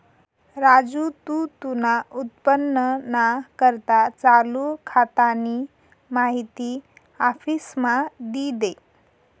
राजू तू तुना उत्पन्नना करता चालू खातानी माहिती आफिसमा दी दे